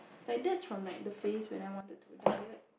like that's from the phrase when I want to diet